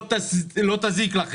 לא, לא, --- שהוא אחראי על משהו.